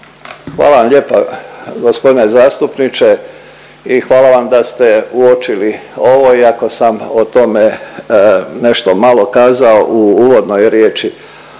Hvala vam lijepa g. zastupniče i hvala vam da ste uočili ovo iako sam o tome nešto malo kazao u uvodnoj riječi.